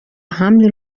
حملی